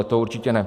To určitě ne.